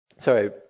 Sorry